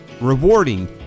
rewarding